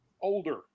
older